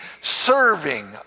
serving